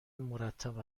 مرتب